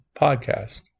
podcast